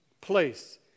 place